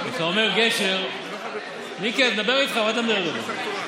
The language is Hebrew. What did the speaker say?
מיקי, אני מדבר איתך, מה אתה מדבר איתו?